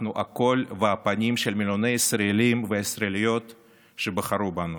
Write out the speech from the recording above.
אנחנו הקול והפנים של מיליוני ישראלים וישראליות שבחרו בנו,